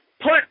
put